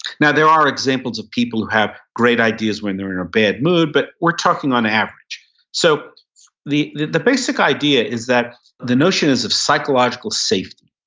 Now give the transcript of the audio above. now there are examples of people who have great ideas when they're in a bad mood, but we're talking on average so the the basic idea is that the notion is of psychological safety.